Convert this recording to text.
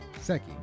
Seki